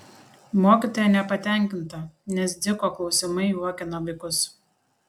mokytoja nepatenkinta nes dziko klausimai juokina vaikus